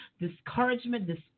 discouragement